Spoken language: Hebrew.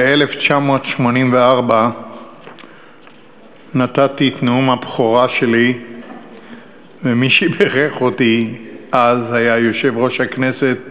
ב-1984 נתתי את נאום הבכורה שלי ומי שבירך אותי אז היה יושב-ראש הכנסת